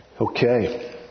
Okay